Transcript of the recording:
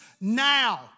now